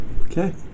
Okay